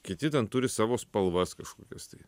kiti ten turi savo spalvas kažkokias tai